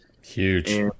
huge